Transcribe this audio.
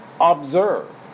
observe